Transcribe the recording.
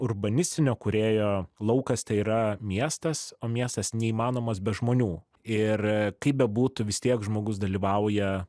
urbanistinio kūrėjo laukas tai yra miestas o miestas neįmanomas be žmonių ir kaip bebūtų vis tiek žmogus dalyvauja